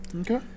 Okay